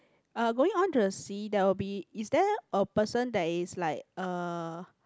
uh going on to the sea there will be is there a person that is like uh